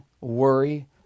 worry